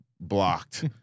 blocked